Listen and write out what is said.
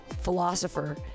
philosopher